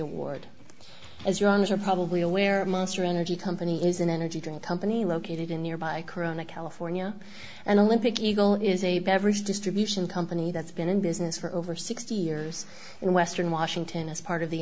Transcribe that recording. award as young as you're probably aware master energy company is an energy drink company located in nearby corona california and olympic eagle is a beverage distribution company that's been in business for over sixty years in western washington as part of the